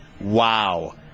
Wow